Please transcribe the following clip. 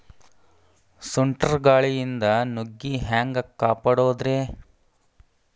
ಸುಂಟರ್ ಗಾಳಿಯಿಂದ ನುಗ್ಗಿ ಹ್ಯಾಂಗ ಕಾಪಡೊದ್ರೇ?